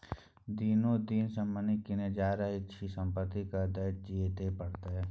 दिनो दिन जमीन किनने जा रहल छी संपत्ति कर त दिअइये पड़तौ